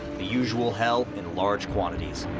the usual hell in large quantities.